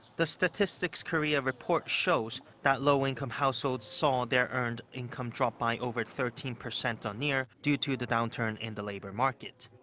the statistics korea report shows that low-income households saw their earned income drop by over thirteen percent on-year due to the downturn in the labor market.